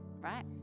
right